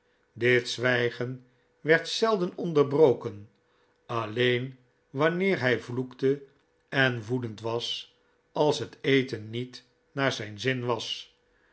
dit zwijgen werd zelden onderbroken alleen wanneer hij vloekte en woedend was als het eten niet naar zijn zin was